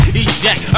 eject